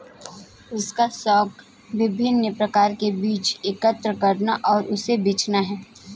उसका शौक विभिन्न प्रकार के बीज एकत्र करना और उसे बचाना है